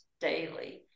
daily